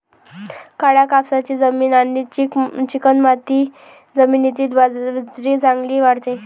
काळ्या कापसाची जमीन आणि चिकणमाती जमिनीत बाजरी चांगली वाढते